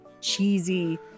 cheesy